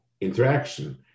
interaction